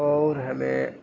اور ہمیں